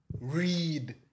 Read